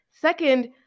Second